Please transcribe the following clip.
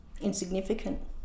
Insignificant